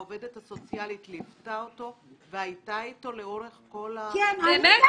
העובדת הסוציאלית ליוותה אותו והייתה איתו לאורך כל --- באמת?